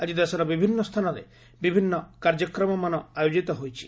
ଆଜି ଦେଶର ବିଭିନ୍ନ ସ୍ଥାନରେ ବିଭିନ୍ନ କାର୍ଯ୍ୟକ୍ରମମାନ ଆୟୋଜିତ ହୋଇଛି